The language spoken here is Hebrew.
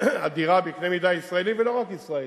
אדירה בקנה מידה ישראלי, ולא רק ישראלי,